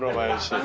last